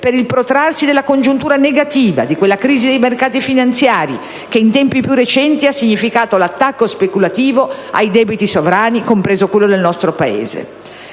per il protrarsi della congiuntura negativa, di quella crisi nei mercati finanziari che in tempi più recenti ha significato l'attacco speculativo ai debiti sovrani, compreso quello del nostro Paese.